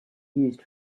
used